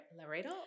Laredo